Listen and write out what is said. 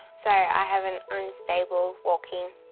so i have an unstable walking.